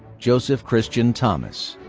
joseph christian thomas.